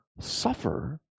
Suffer